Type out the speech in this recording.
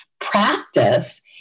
practice